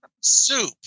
soup